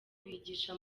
bigisha